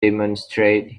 demonstrate